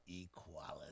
equality